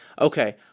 okay